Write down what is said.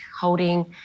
holding